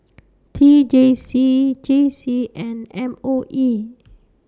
T J C J C and M O E